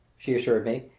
she assured me,